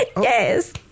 Yes